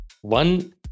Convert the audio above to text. One